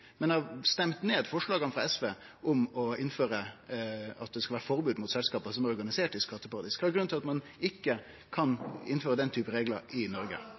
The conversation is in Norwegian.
men har stemt ned forslaga frå SV om at det skal vere forbod mot selskap som er organiserte i skatteparadis. Kva er grunnen til at ein ikkje kan innføre den typen reglar i Noreg?